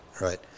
right